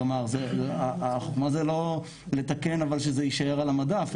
כלומר זה לא לתקן אבל שזה יישאר על המדף,